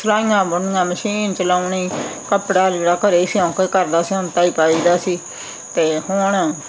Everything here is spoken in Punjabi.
ਸਿਲਾਈਆਂ ਬੁਣਨੀਆਂ ਮਸ਼ੀਨ ਚਲਾਉਣੀ ਕੱਪੜਾ ਲੀੜਾ ਘਰ ਸਿਉਂ ਕੇ ਘਰਦਾ ਸਿਉਂਤਾ ਹੀ ਪਾਈਦਾ ਸੀ ਅਤੇ ਹੁਣ